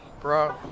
bro